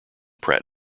pratt